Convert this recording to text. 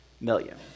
million